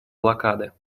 блокады